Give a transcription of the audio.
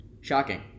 Shocking